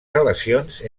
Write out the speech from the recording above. relacions